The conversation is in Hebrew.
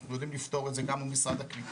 אנחנו יודעים לפתור את זה גם עם משרד הקליטה,